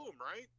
right